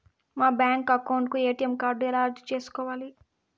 మా bank account కు ATM card ఎలా అర్జీ సేసుకోవాలి?